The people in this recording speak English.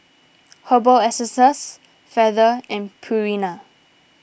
Herbal Essences Feather and Purina